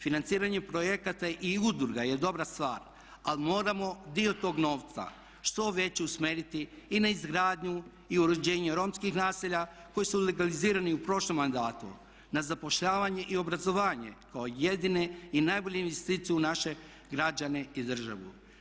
Financiranje projekata i udruga je dobra stvar ali moramo dio toga novca što većeg usmjeriti i na izgradnju i uređenje romskih naselja koji su legalizirani u prošlom mandatu, na zapošljavanje i obrazovanje kao jedine i najbolje investicije u naše građane i državu.